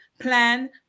plan